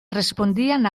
respondían